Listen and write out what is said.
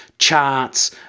charts